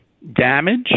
Damage